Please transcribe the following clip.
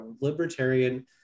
libertarian